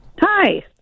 Hi